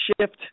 shift